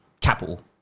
Capital